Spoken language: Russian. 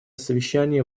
совещания